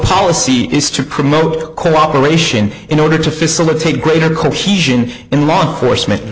policy is to promote cooperation in order to facilitate greater cohesion in law enforcement